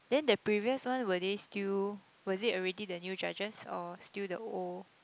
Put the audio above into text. then the previous one were they still was it already the new judges or still the old